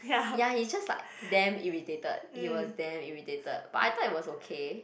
ya he's just like damn irritated he was damn irritated but I thought he was okay